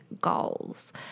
goals